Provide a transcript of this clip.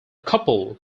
couple